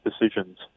decisions